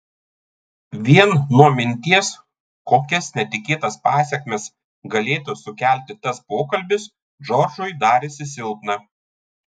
vien nuo minties kokias netikėtas pasekmes galėtų sukelti tas pokalbis džordžui darėsi silpna